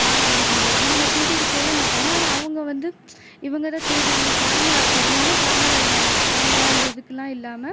ஆளாகிறாங்க இவங்க திருடி இருக்கவே மாட்டாங்க ஆனால் அவங்க வந்து இவங்க தான் திருடுனாங்க கேமரா சரியான கேமரா இல்லாமல் கேமரா இந்த இதுக்குல்லாம் இல்லாமல்